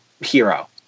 hero